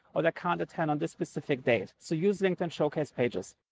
or they can't attend on this specific date. so use linkedin showcase pages.